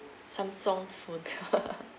samsung phone